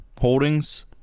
holdings